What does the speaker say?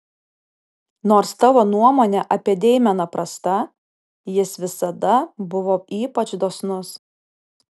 nors tavo nuomonė apie deimeną prasta jis visada buvo ypač dosnus